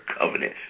covenant